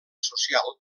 social